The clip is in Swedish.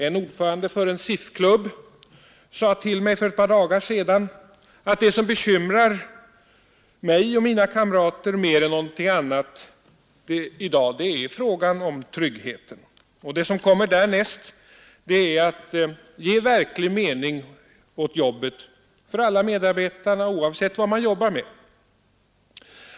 En ordförande för en SIF-klubb sade till mig för ett par dagar sedan att det som bekymrar honom och hans kamrater mer än någonting annat i dag är frågan om tryggheten. Det som kommer därnäst är att ge verklig mening åt jobbet för alla medarbetarna oavsett vad de jobbar med.